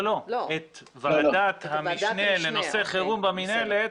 לא, לא, את ועדת המשנה לנושא חירום במינהלת.